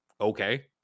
okay